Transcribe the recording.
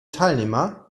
teilnehmer